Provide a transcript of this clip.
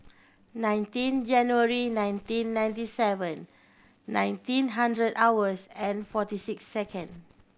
nineteen January nineteen ninety seven nineteen hundred hours and forty six second